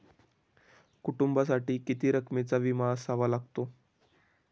कुटुंबासाठी किती रकमेचा विमा असावा लागतो?